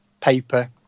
paper